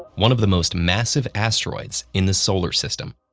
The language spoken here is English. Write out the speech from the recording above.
one of the most massive asteroids in the solar system.